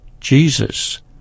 Jesus